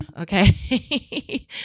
okay